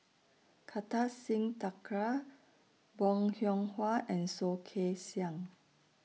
Kartar Singh Thakral Bong Hiong Hwa and Soh Kay Siang